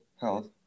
health